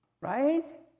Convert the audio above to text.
Right